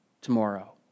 tomorrow